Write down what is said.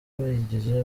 bayigize